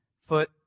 foot